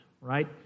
right